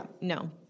No